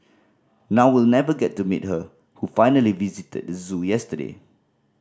now we'll never get to meet her who finally visited the zoo yesterday